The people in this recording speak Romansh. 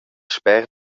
sper